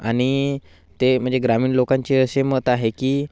आणि ते म्हणजे ग्रामीण लोकांचे असे मत आहे की